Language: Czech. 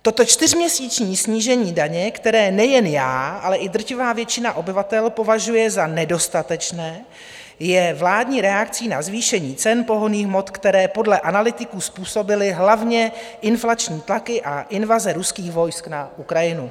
Toto čtyřměsíční snížení daně, které nejen já, ale i drtivá většina obyvatel považuje za nedostatečné, je vládní reakcí na zvýšení cen pohonných hmot, které podle analytiků způsobily hlavně inflační tlaky a invaze ruských vojsk na Ukrajinu.